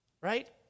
Right